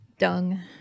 dung